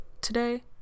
today